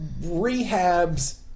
Rehabs